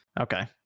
Okay